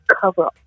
cover